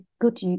good